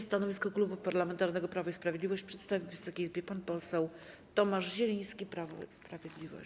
Stanowisko Klubu Parlamentarnego Prawo i Sprawiedliwość przedstawi Wysokiej Izbie pan poseł Tomasz Zieliński, Prawo i Sprawiedliwość.